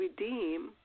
redeem